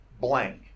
blank